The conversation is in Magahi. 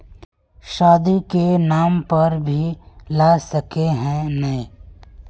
शादी के नाम पर भी ला सके है नय?